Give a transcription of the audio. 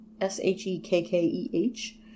S-H-E-K-K-E-H